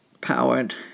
powered